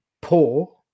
poor